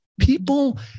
People